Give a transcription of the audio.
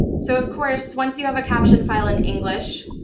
so of course, once you have a caption file in english,